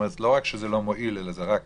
ככה שלא רק שזה לא מועיל, אלא זה גם מזיק.